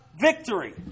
victory